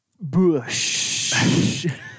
bush